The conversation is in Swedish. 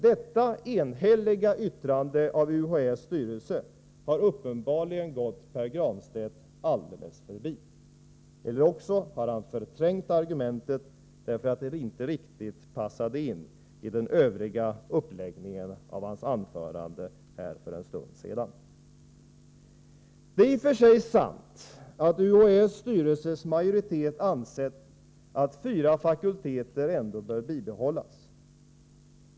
Detta enhälliga yttrande av UHÄ:s styrelse har uppenbarligen gått Pär Granstedt alldeles förbi. Eller också har han förträngt argumentet, därför att det inte riktigt passade in i den övriga uppläggningen av hans anförande här för en stund sedan. Det är i och för sig sant att UHÄ:s styrelses majoritet ansett att fyra fakulteter ändå bör bibehållas.